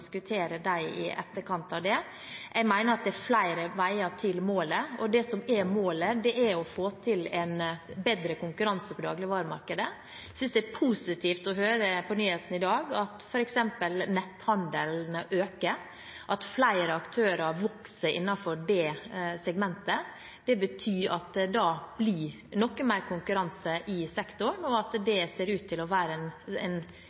i etterkant av det. Jeg mener det er flere veier til målet, og det som er målet, er å få til en bedre konkurranse på dagligvaremarkedet. Jeg synes det var positivt å høre på nyhetene i dag at f.eks. netthandelen øker, og at flere aktører vokser innenfor det segmentet. Det betyr at det da blir noe mer konkurranse i sektoren, og det ser ut til å være